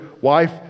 wife